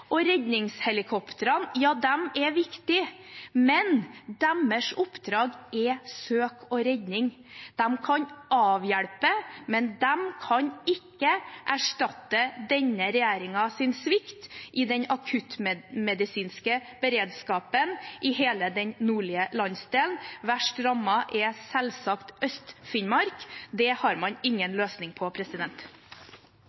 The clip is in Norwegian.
og redningshelikoptrene er viktige, men deres oppdrag er søk og redning. De kan avhjelpe, men de kan ikke erstatte denne regjeringens svikt i den akuttmedisinske beredskapen i hele den nordlige landsdelen – verst rammet er selvsagt Øst-Finnmark. Det har man ingen